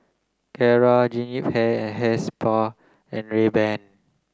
Kara Jean Yip Hair Hair Spa and Rayban